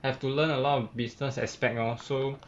have to learn a lot of business aspect lor so